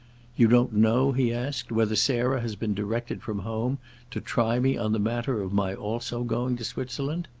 you don't know, he asked, whether sarah has been directed from home to try me on the matter of my also going to switzerland?